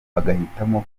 bagahitamo